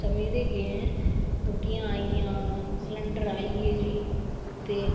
समझदे के्ह ऐ रोटियां आई गेइयां सलैंडर आई गे जी ते